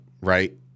right